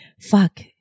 fuck